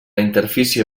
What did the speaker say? interfície